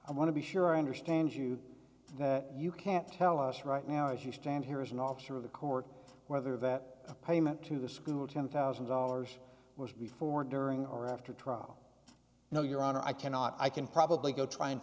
i want to be sure i understand you you can't tell us right now as you stand here is an officer of the court whether that payment to the school ten thousand dollars was before during or after a trial no your honor i cannot i can probably go try and